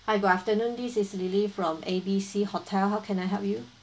hi good afternoon this is lily from A B C hotel how can I help you